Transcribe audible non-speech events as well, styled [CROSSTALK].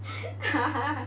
[LAUGHS]